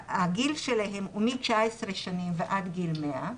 הגיל שלהם הוא מ-19 שנים ועד גיל 100,